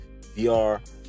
vr